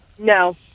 No